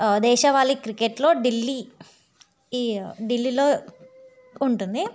దేశవాళీ క్రికెట్లో ఢిల్లీ ఈ ఢిల్లీలో ఉంటుంది